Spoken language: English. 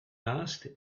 asked